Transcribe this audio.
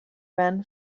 ran